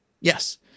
Yes